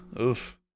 Oof